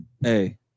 Hey